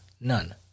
None